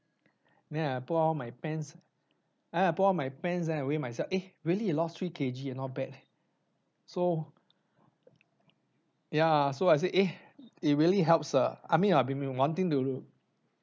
then I put on my pants then I put on my pants then I weight myself eh really lost three K_G ah not bad eh so ya so I say eh it really helps ah I mean I been wanting to